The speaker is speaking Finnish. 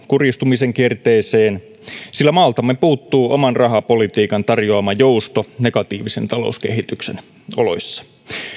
kurjistumisen kierteeseen sillä maaltamme puuttuu oman rahapolitiikan tarjoama jousto negatiivisen talouskehityksen oloissa